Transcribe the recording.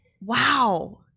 Wow